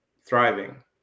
thriving